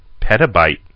Petabyte